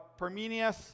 Parmenius